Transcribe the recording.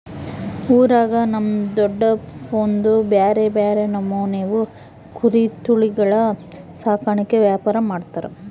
ಊರಾಗ ನಮ್ ದೊಡಪ್ನೋರ್ದು ಬ್ಯಾರೆ ಬ್ಯಾರೆ ನಮೂನೆವು ಕುರಿ ತಳಿಗುಳ ಸಾಕಾಣಿಕೆ ವ್ಯಾಪಾರ ಮಾಡ್ತಾರ